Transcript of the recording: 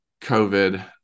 covid